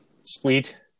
Sweet